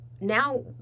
now